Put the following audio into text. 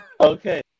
Okay